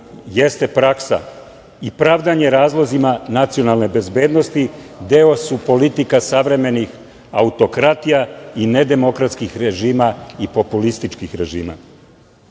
jeste praksa i pravdanje razlozima nacionalne bezbednosti, deo su politika savremenih autokratija i nedemokratskih režima i populističkih režima. Kada